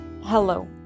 Hello